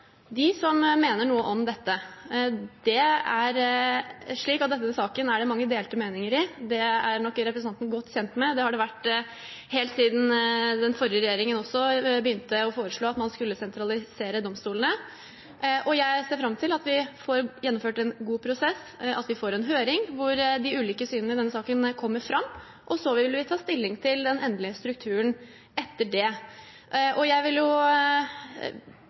som mener noe om dette. I denne saken er det mange delte meninger. Det er nok representanten godt kjent med. Det har det vært helt siden den forrige regjeringen også begynte å foreslå at man skulle sentralisere domstolene. Jeg ser fram til at vi får gjennomført en god prosess, at vi får en høring hvor de ulike synene i denne saken kommer fram, og så vil vi ta stilling til den endelige strukturen etter det. Jeg vil